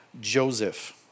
Joseph